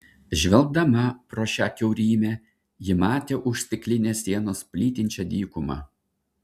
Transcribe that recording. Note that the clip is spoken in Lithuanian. žvelgdama pro šią kiaurymę ji matė už stiklinės sienos plytinčią dykumą